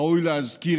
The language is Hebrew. ראוי להזכיר,